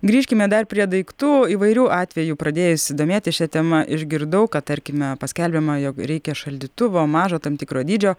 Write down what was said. grįžkime dar prie daiktų įvairių atvejų pradėjusi domėtis šia tema išgirdau kad tarkime paskelbiama jog reikia šaldytuvo mažo tam tikro dydžio